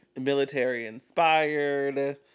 military-inspired